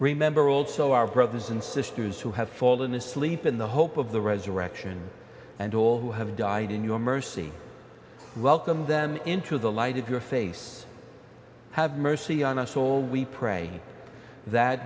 remember also our brothers and sisters who have fallen asleep in the hope of the resurrection and all who have died in your mercy welcomed them into the light of your face have mercy on us all we pray that